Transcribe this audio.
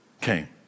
came